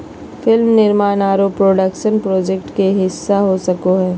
film निर्माण आरो production project के हिस्सा हो सको हय